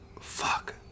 Fuck